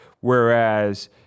Whereas